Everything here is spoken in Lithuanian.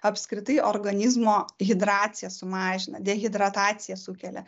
apskritai organizmo hidraciją sumažina dehidrataciją sukelia